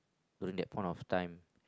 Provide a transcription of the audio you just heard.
during that point of time